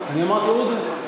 אני אמרתי עודֶה.